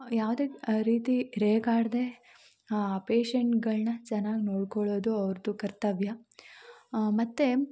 ಯಾವುದೇ ರೀತಿ ರೇಗಾಡದೆ ಪೇಶೆಂಟ್ಗಳನ್ನ ಚೆನ್ನಾಗ್ ನೋಡ್ಕೊಳ್ಳೋದು ಅವ್ರುದ್ದು ಕರ್ತವ್ಯ ಮತ್ತು